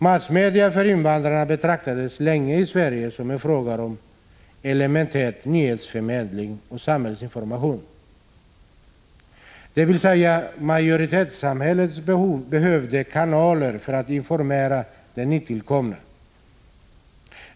Massmedia för invandrarna betraktades länge i Sverige som en fråga om elementär nyhetsförmedling och samhällsinformation, dvs. majoritetssamhället behövde kanaler för att informera de nytillkomna.